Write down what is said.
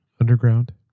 underground